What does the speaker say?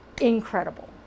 incredible